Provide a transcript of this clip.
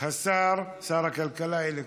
שר הכלכלה אלי כהן,